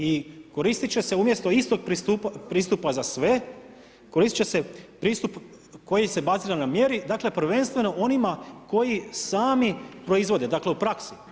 I koristit će se umjesto istog pristupa za sve, koristit će se pristup koji se bazi na mjeri dakle, prvenstveno onima koji sami proizvode, dakle u praksi.